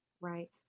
Right